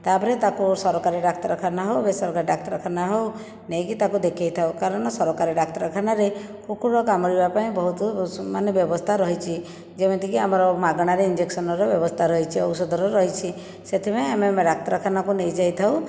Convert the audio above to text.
ତାପରେ ତାକୁ ସରକାରୀ ଡାକ୍ତରଖାନା ହେଉ ବେସରକାରୀ ଡାକ୍ତରଖାନା ହେଉ ନେଇକି ତାକୁ ଦେଖେଇଥାଉ କାରଣ ସରକାରୀ ଡାକ୍ତରଖାନାରେ କୁକୁର କାମୁଡ଼ିବା ପାଇଁ ବହୁତ ସୁ ମାନେ ବ୍ୟବସ୍ଥା ରହିଛି ଯେମିତିକି ଆମର ମାଗଣାରେ ଇଞ୍ଜେକ୍ସନର ବ୍ୟବସ୍ଥା ରହିଛି ଔଷଧର ରହିଛି ସେଥିପାଇଁ ଆମେ ଡାକ୍ତରଖାନାକୁ ନେଇ ଯାଇଥାଉ